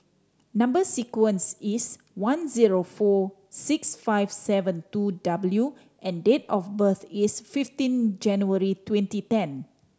number sequence is one zero four six five seven two W and date of birth is fifteen January twenty ten